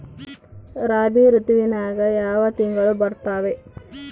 ರಾಬಿ ಋತುವಿನ್ಯಾಗ ಯಾವ ತಿಂಗಳು ಬರ್ತಾವೆ?